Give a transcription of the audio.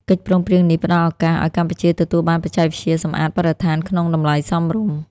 កិច្ចព្រមព្រៀងនេះផ្ដល់ឱកាសឱ្យកម្ពុជាទទួលបានបច្ចេកវិទ្យាសម្អាតបរិស្ថានក្នុងតម្លៃសមរម្យ។